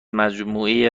مجموعه